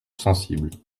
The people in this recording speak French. sensibles